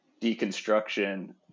deconstruction